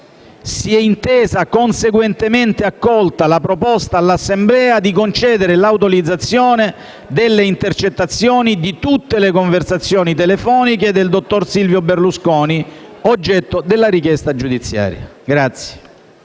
si è intesa conseguentemente accolta la proposta all'Assemblea di concedere l'autorizzazione all'utilizzazione delle intercettazioni di tutte le conversazioni telefoniche del dottor Silvio Berlusconi oggetto della richiesta dell'autorità